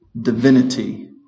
Divinity